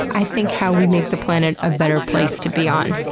i think, how we make the planet a better place to be on,